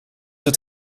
het